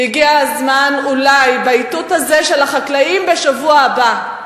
הגיע הזמן, אולי באיתות הזה של החקלאים בשבוע הבא,